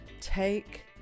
Take